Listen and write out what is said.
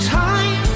time